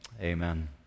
amen